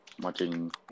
Watching